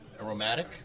aromatic